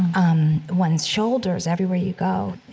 um, one's shoulders everywhere you go